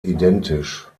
identisch